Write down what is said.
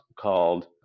called